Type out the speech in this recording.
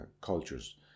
cultures